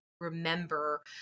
remember